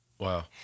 Wow